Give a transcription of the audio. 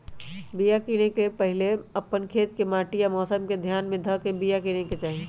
बिया किनेए से पहिले अप्पन खेत के माटि आ मौसम के ध्यान में ध के बिया किनेकेँ चाही